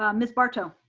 ah miss barto.